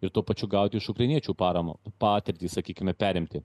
ir tuo pačiu gauti iš ukrainiečių paramą patirtį sakykime perimti